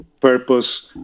purpose